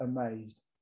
amazed